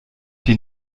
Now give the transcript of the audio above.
die